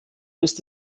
ist